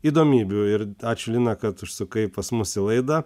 įdomybių ir ačiū lina kad užsukai pas mus į laidą